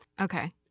Okay